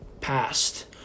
passed